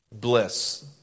bliss